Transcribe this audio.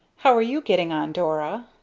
how are you getting on, dora?